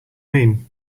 mean